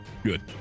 Good